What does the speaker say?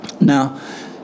Now